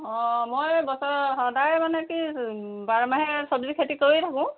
অঁ মই বছৰৰ সদায় মানে কি বাৰমাহে চব্জি খেতি কৰি থাকোঁ